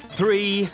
three